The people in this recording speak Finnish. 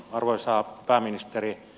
arvoisa pääministeri